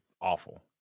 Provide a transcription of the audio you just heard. awful